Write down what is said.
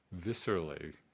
viscerally